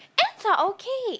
ants are okay